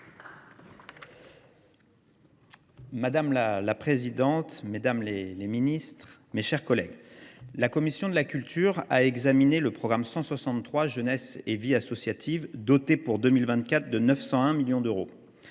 Madame la présidente, mesdames les ministres, mes chers collègues, la commission de la culture a examiné le programme 163 « Jeunesse et vie associative », doté pour 2024 de 901 millions d’euros.